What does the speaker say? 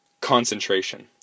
concentration